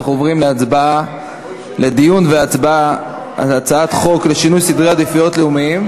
אנחנו עוברים לדיון והצבעה על הצעת חוק לשינוי סדרי עדיפויות לאומיים,